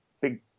big